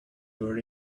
were